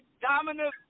dominant